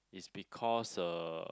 it's because uh